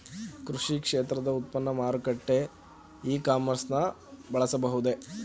ಕೃಷಿ ಕ್ಷೇತ್ರದ ಉತ್ಪನ್ನ ಮತ್ತು ಮಾರಾಟಕ್ಕೆ ಇ ಕಾಮರ್ಸ್ ನ ಬಳಸಬಹುದೇ?